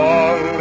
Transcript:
Long